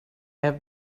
have